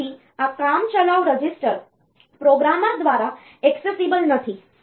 તેથી આ કામચલાઉ રજિસ્ટર પ્રોગ્રામર દ્વારા ઍક્સેસિબલ નથી